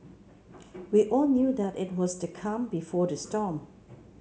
we all knew that it was the calm before the storm